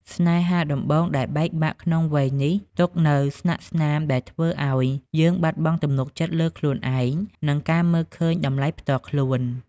ស្នេហាដំបូងដែលបែកបាក់ក្នុងវ័យនេះ ទុកនូវស្លាកស្នាមដែលធ្វើឱ្យយើងបាត់បង់ទំនុកចិត្តលើខ្លួនឯង និងការមើលឃើញតម្លៃផ្ទាល់ខ្លួន។